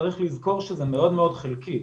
צריך לזכור שזה מאוד מאוד חלקי.